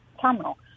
terminal